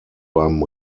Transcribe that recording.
beim